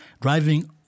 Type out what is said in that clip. driving